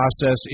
process